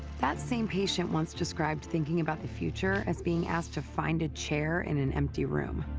that same patient once described thinking about the future as being asked to find a chair in an empty room.